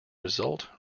result